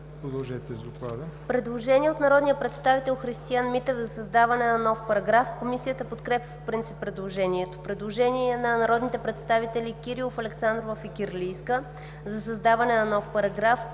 Предложение на народния представител Христиан Митев за създаване на нов параграф. Комисията подкрепя по принцип предложението. Предложение от народните представители Кирилов, Александрова, Фикирлийска за създаване на нов параграф.